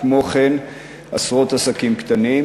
וכן עשרות עסקים קטנים,